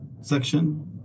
section